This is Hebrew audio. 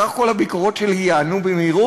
אם כך כל הביקורות שלי ייענו במהירות,